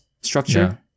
structure